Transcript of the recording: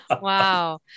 Wow